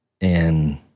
and-